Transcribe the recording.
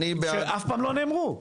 שאף פעם לא נאמרו.